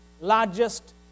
largest